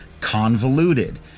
convoluted